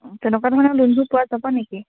অঁ তেনেকুৱা ধৰণৰ লোনবোৰ পোৱা যাব নেকি